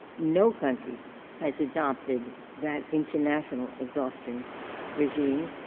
no country has adopted that international exhaustion regime,